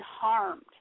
harmed